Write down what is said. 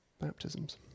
Baptisms